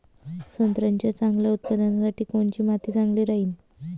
संत्र्याच्या चांगल्या उत्पन्नासाठी कोनची माती चांगली राहिनं?